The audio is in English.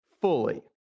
fully